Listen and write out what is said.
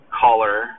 collar